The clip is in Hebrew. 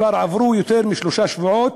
כבר עברו יותר משלושה שבועות.